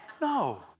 No